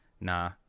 nah